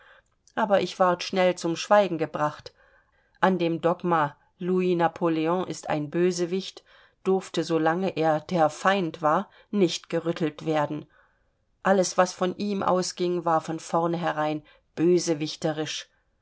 aber ich ward schnell zum schweigen gebracht an dem dogma louis napoleon ist ein bösewicht durfte so lange er der feind war nicht gerüttelt werden alles was von ihm ausging war von vornherein